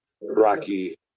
Rocky